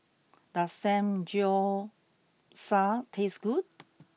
does Samgyeopsal taste good